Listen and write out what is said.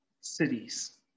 cities